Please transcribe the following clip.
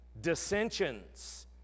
dissensions